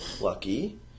lucky